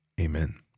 Amen